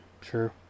Sure